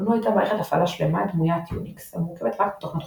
גנו הייתה מערכת הפעלה שלמה "דמוית יוניקס" המורכבת רק מתוכנות חופשיות.